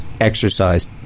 exercise